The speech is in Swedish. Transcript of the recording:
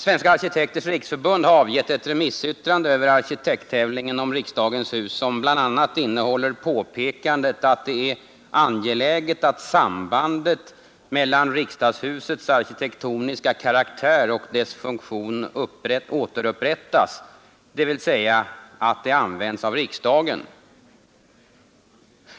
Svenska arkitekters riksförbund har avgett ett remissyttrande över arkitekttävlingen om riksdagshus som bl.a. innehåller påpekandet att det är angeläget att sambandet mellan riksdagshusets arkitektoniska karaktär och dess funktion återupprättas — dvs. att det används av riksdagen.